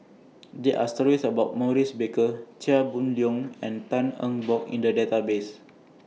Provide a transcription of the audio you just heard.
There Are stories about Maurice Baker Chia Boon Leong and Tan Eng Bock in The Database